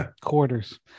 quarters